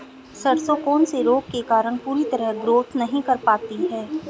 सरसों कौन से रोग के कारण पूरी तरह ग्रोथ नहीं कर पाती है?